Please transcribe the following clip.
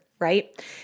Right